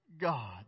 God